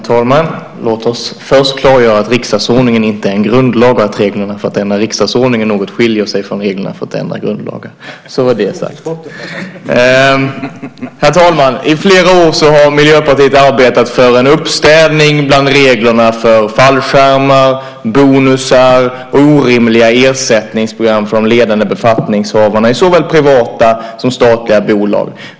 Herr talman! Låt oss först klargöra att riksdagsordningen inte är en grundlag och att reglerna för att ändra riksdagsordningen något skiljer sig från reglerna för att ändra grundlagen. Så var det sagt! Herr talman! I flera år har Miljöpartiet arbetat för en uppstädning bland reglerna för fallskärmar, bonusar och orimliga ersättningsprogram för de ledande befattningshavarna i såväl privata som statliga bolag.